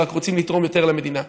ורק רוצים לתרום יותר למדינה.